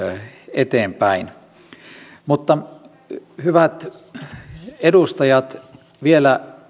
eteenpäin mutta hyvät edustajat vielä